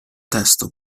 testo